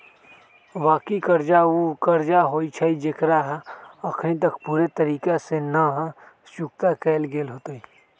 बाँकी कर्जा उ कर्जा होइ छइ जेकरा अखनी तक पूरे तरिका से न चुक्ता कएल गेल होइत